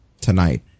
tonight